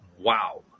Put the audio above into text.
wow